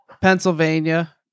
Pennsylvania